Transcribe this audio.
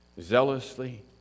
zealously